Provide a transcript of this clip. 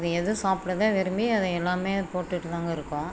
அது எது சாப்பிடுதோ விரும்பி அதை எல்லாமே போட்டுட்டுதான்ங்க இருக்கோம்